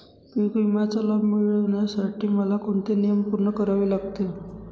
पीक विम्याचा लाभ मिळण्यासाठी मला कोणते नियम पूर्ण करावे लागतील?